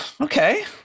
Okay